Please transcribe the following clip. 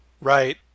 Right